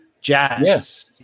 jazz